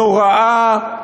נוראה,